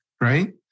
right